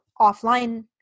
offline